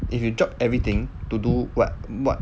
if you drop everything to do what what